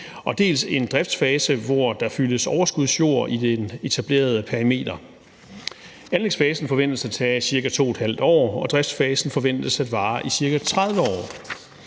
dels en driftsfase, hvor der fyldes overskudsjord i den etablerede perimeter. Anlægsfasen forventes at tage ca. 2½ år, og driftsfasen forventes at vare i ca. 30 år.